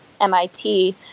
MIT